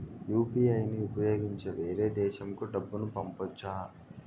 UPI ని ఉపయోగించి వేరే దేశంకు డబ్బును పంపొచ్చా?